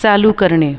चालू करणे